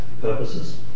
purposes